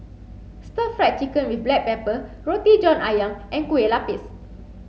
stir fried chicken with black pepper Roti John Ayam and Kuih Popes